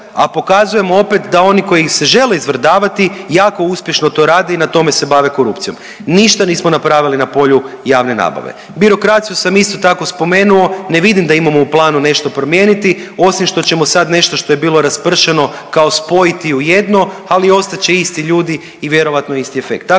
a pokazujemo opet da oni koji se žele izvrdavati jako uspješno to rade i na tome se bave korupcijom. Ništa nismo napravili na polju javne nabave. Birokraciju sam isto tako spomenuo, ne vidim da imamo u planu nešto promijeniti osim što ćemo sad nešto što je bilo raspršeno kao spojiti u jedno, ali ostat će isti ljudi i vjerojatno isti efekt.